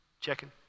checking